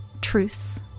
truths